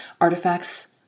artifacts